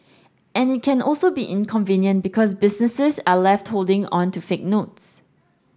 and it can also be inconvenient because businesses are left holding on to fake notes